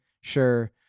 sure